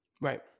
Right